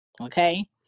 okay